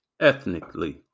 ethnically